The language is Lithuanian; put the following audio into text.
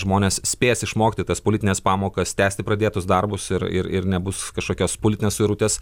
žmonės spės išmokti tas politines pamokas tęsti pradėtus darbus ir ir nebus kažkokios politinės suirutės